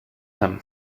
him